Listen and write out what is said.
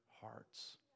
hearts